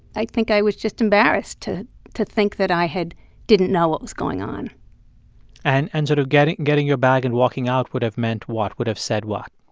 i think i was just embarrassed to to think that i had didn't know what was going on and and sort of so getting your bag and walking out would have meant what, would have said what?